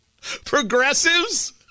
Progressives